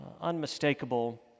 unmistakable